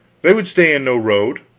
they would stay in no road,